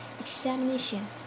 examination